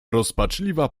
rozpaczliwa